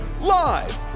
live